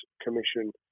Commission